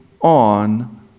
on